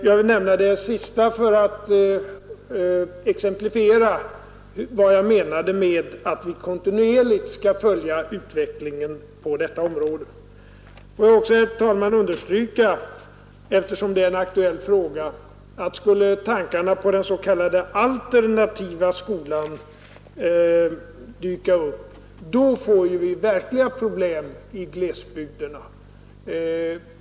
Det senaste vill jag nämna för att därmed exemplifiera vad jag menar med att vi kontinuerligt skall följa utvecklingen på detta område. Eftersom det är en aktuell fråga ber jag, herr talman, att få understryka, att skulle tankarna på den s.k. alternativa skolan dyka upp, får vi verkliga problem i glesbygderna.